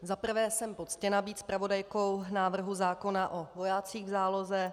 Za prvé jsem poctěna být zpravodajkou návrhu zákona o vojácích v záloze.